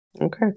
Okay